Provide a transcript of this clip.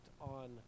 on